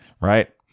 right